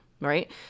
right